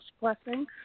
blessing